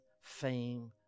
fame